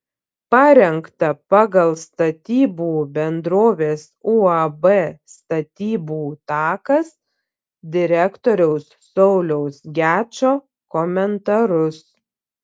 parengta pagal statybų bendrovės uab statybų takas direktoriaus sauliaus gečo komentarus